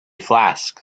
flask